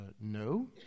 no